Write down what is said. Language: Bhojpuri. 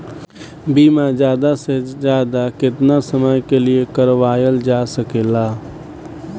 बीमा ज्यादा से ज्यादा केतना समय के लिए करवायल जा सकेला?